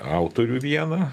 autorių vieną